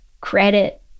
credit